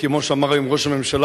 כמו שאמר היום ראש הממשלה,